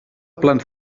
plans